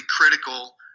critical